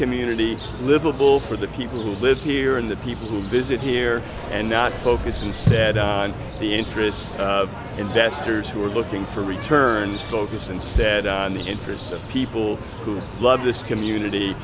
community livable for the people who live here and the people who visit here and not focus instead on the interests of investors who are looking for returns focus instead on the interests of people who love this community